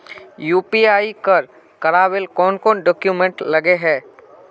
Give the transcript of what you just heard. UPI कर करावेल कौन कौन डॉक्यूमेंट लगे है?